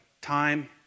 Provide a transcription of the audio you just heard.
Time